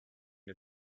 you